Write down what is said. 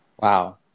Wow